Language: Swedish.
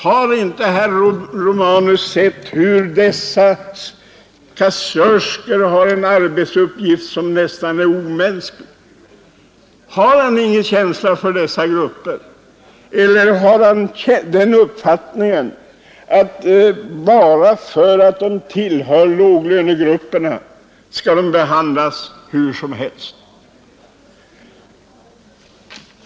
Har inte herr Romanus sett att dessa kassörskor har en arbetsuppgift som är nästan omänsklig? Har han ingen känsla för dessa grupper? Eller har han den uppfattningen att de bara för att de tillhör låglönegrupperna skall kunna behandlas hur som helst?